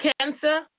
Cancer